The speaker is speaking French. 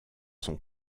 son